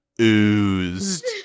oozed